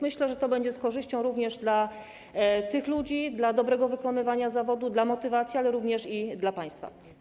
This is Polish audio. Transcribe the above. Myślę, że to będzie z korzyścią również dla tych ludzi, dla dobrego wykonywania zawodu, dla motywacji, ale również dla państwa.